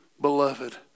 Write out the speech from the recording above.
beloved